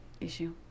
issue